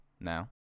now